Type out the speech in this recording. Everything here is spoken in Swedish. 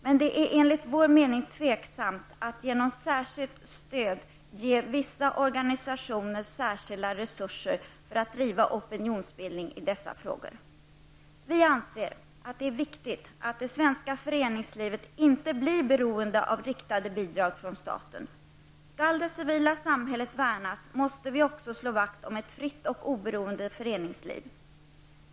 Men det är enligt vår mening osäkert om man genom särskilt stöd skall ge vissa organisationer särskilda resurser för att driva opinionsbildning i dessa frågor. Vi anser att det är viktigt att det svenska föreningslivet inte blir beroende av riktade bidrag från staten. Skall det civila samhället värnas, måste vi också slå vakt om ett fritt och oberoende föreningsliv.